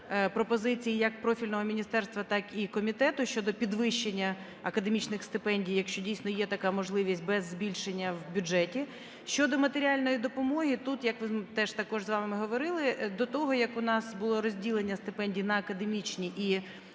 пропозицій як профільного міністерства, так і комітету щодо підвищення академічних стипендій, якщо, дійсно, є така можливість, без збільшення в бюджеті. Щодо матеріальної допомоги. Тут, як теж також з вами говорили, до того, як у нас було розділення стипендій на академічні і